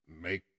make